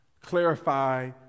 Clarify